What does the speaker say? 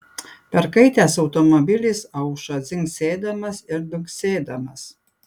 perkaitęs automobilis aušo dzingsėdamas ir dunksėdamas